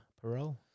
parole